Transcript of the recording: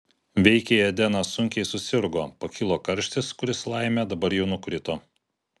veikiai edenas sunkiai susirgo pakilo karštis kuris laimė dabar jau nukrito